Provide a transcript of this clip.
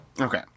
Okay